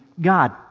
God